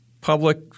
Public